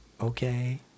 Okay